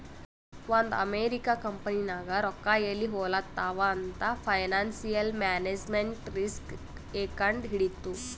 ಒಂದ್ ಅಮೆರಿಕಾ ಕಂಪನಿನಾಗ್ ರೊಕ್ಕಾ ಎಲ್ಲಿ ಹೊಲಾತ್ತಾವ್ ಅಂತ್ ಫೈನಾನ್ಸಿಯಲ್ ಮ್ಯಾನೇಜ್ಮೆಂಟ್ ರಿಸ್ಕ್ ಎ ಕಂಡ್ ಹಿಡಿತ್ತು